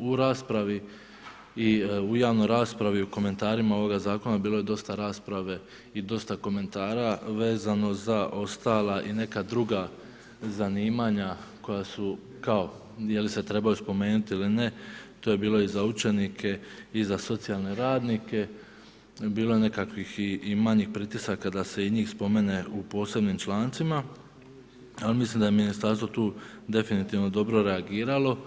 U raspravi i u javnoj raspravi u komentarima ovoga zakona bilo je dosta rasprave i dosta komentara vezano za ostala i neka druga zanimanja koja su kao, je li se trebaju spomenuti ili ne, to je bilo i za učenike i za socijalne radnike, bilo je nekakvih i manjih pritisaka da se i njih spomene u posebnim člancima, ali mislim da je ministarstvo tu definitivno dobro reagiralo,